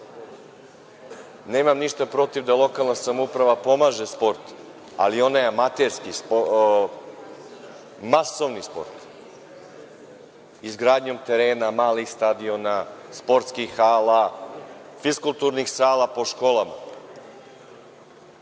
Nemam ništa protiv da lokalna samouprava pomaže sportu, ali onaj amaterski, masovni sport, izgradnjom terena, malih stadiona, sportskih hala, fiskulturnih sala po školama. Neko